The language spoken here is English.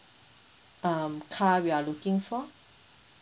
um car you are looking for